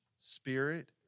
Spirit